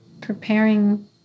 preparing